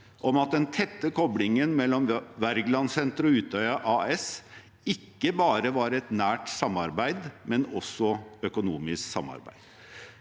om at den tette koblingen mellom Wergelandsenteret og Utøya AS ikke bare var et nært samarbeid, men også et økonomisk samarbeid.